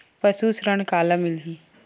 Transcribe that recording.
पशु ऋण काला मिलही?